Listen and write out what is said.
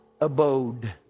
abode